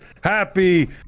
happy